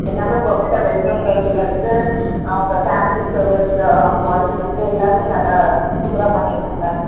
எல்லாமே பர்ஃபெக்டாக வெல்கம் கேர்ள்ஸில் இருந்து அவங்க கேட்ரிங் சர்வீஸ் பாய்ஸ்சில் இருந்து எல்லாேருமே நல்ல சூப்பராக பண்ணி இருந்தாங்க